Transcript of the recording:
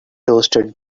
toasted